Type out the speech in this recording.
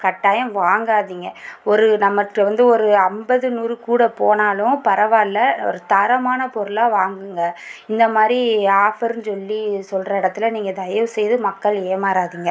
கட்டாயம் வாங்காதீங்க ஒரு நமக்கு வந்து ஒரு ஐம்பது நூறு கூட போனாலும் பரவாயில்ல ஒரு தரமான பொருளாக வாங்குங்கள் இந்தமாதிரி ஆஃபர்ன்னு சொல்லி சொல்கிற இடத்துல நீங்கள் தயவுசெய்து மக்கள் ஏமாறாதீங்க